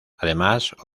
además